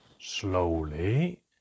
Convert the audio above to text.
Slowly